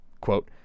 Quote